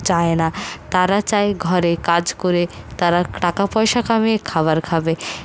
যায় না তারা চায় ঘরে কাজ করে তারা টাকা পয়সা কামিয়ে খাবার খাবে